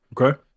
Okay